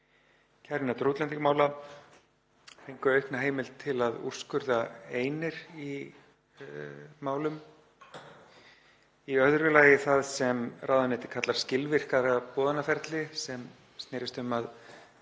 kærunefndar útlendingamála fengu aukna heimild til að úrskurða einir í málum. Í öðru lagi það sem ráðuneytið kallar skilvirkara boðunarferli, sem snerist um að